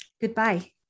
Goodbye